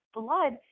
blood